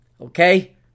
okay